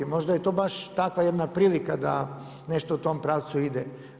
Možda je to baš takva jedna prilika da nešto u tom pravcu ide.